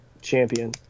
Champion